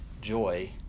joy